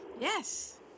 Yes